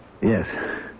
Yes